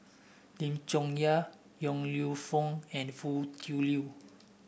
Lim Chong Yah Yong Lew Foong and Foo Tui Liew